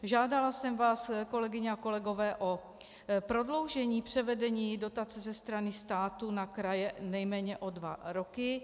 Žádala jsem vás, kolegyně a kolegové, o prodloužení převedení dotace ze strany státu na kraje nejméně o dva roky.